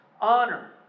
honor